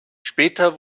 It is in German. später